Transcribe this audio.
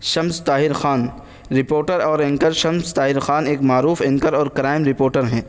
شمس Tahir Khan reporter اور anchor Shams Tahir Khan ایک معروف اینکر اور کرائم رپورٹر ہیں